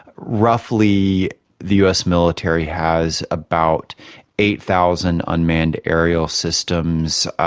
roughly the us military has about eight thousand unmanned aerial systems,